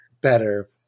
better